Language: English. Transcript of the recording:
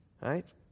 right